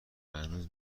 هنوز